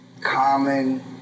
Common